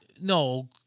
No